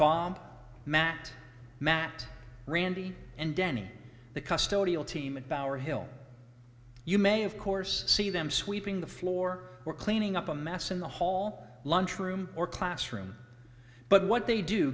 bob matt matt randy and danny the custody team in power hill you may of course see them sweeping the floor or cleaning up a mass in the hall lunchroom or classroom but what they do